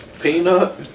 Peanut